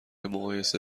مقایسه